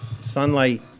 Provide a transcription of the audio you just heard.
Sunlight